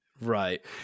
Right